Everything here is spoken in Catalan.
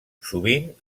sovint